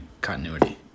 continuity